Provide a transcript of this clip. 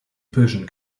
person